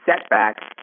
setbacks